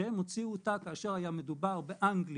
שהן הוציאו אותה כאשר היה מדובר באנגליה,